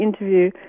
interview